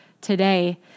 today